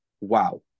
wow